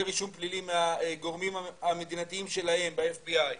רישום פלילי מהגורמים המדינתיים שלהם ב-FBI,